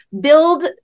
build